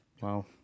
Wow